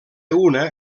una